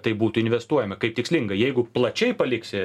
tai būtų investuojami kaip tikslingai jeigu plačiai paliksi